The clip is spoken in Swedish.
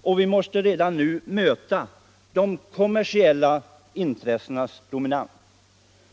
och vi måste redan nu möta de kommersiella intressenas dominans.